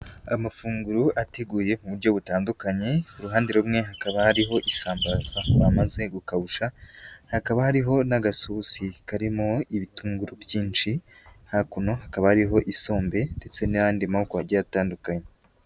Amafunguro ateguye mu buryo butandukanye, uruhande rumwe hakaba hariho isambaza bamaze gukawusha, hakaba hariho n'agasosi karimo ibitunguru byinshi, hakuno hakaba hariho isombe ndetse n'ayandi moko agiye atandukanye.